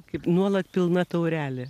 kaip nuolat pilna taurelė